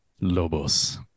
Lobos